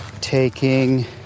taking